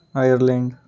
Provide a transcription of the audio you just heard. Ireland